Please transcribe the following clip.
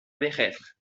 vejez